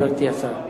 גברתי השרה?